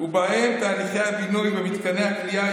ובהם תהליכי הבינוי ומתקני הכליאה,